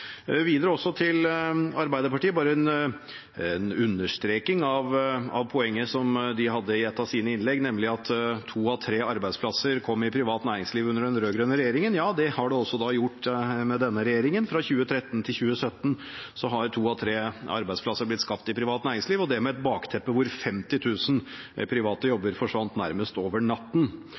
Videre, også til Arbeiderpartiet – bare en understreking av poenget som de hadde i et av sine innlegg, nemlig at to av tre arbeidsplasser kom i privat næringsliv under den rød-grønne regjeringen. Ja, det har det også gjort med denne regjeringen. Fra 2013 til 2017 har to av tre arbeidsplasser blitt skapt i privat næringsliv, og det med et bakteppe hvor 50 000 private jobber forsvant nærmest over natten.